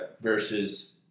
Versus